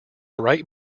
bright